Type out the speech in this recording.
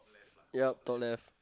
ya top left